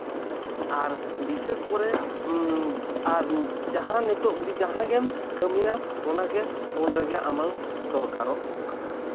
ᱟᱨ ᱵᱤᱥᱮᱥ ᱠᱚᱨᱮ ᱟᱨ ᱡᱟᱦᱟᱸ ᱱᱤᱛᱚᱜ ᱡᱟᱦᱟᱸ ᱜᱮᱢ ᱠᱟᱹᱢᱤᱭᱟ ᱚᱱᱟ ᱜᱮ ᱯᱷᱳᱱ ᱨᱮᱜᱮ ᱟᱢᱟᱜ ᱫᱚᱨᱠᱟᱨᱚᱜ ᱠᱟᱱᱟ